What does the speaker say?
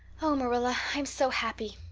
oh, marilla, i'm so happy.